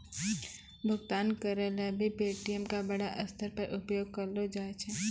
भुगतान करय ल भी पे.टी.एम का बड़ा स्तर पर उपयोग करलो जाय छै